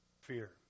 fear